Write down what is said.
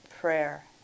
prayer